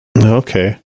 Okay